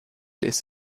ist